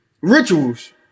rituals